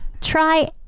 Try